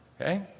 Okay